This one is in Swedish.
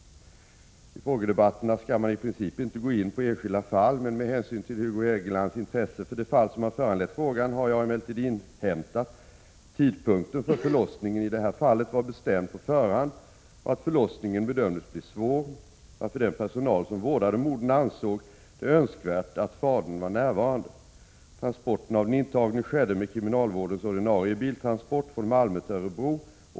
I frågedebatterna skall man i princip inte gå in på enskilda fall. Med hänsyn till Hugo Hegelands intresse för det fall som har föranlett frågan har jag emellertid inhämtat att tidpunkten för förlossningen i det aktuella fallet var bestämd på förhand och att förlossningen bedömdes bli svår, varför den personal som vårdade modern ansåg det önskvärt att fadern var närvarande. Transporten av den intagne skedde med kriminalvårdens ordinarie biltransport från Malmö till Örebro.